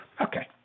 Okay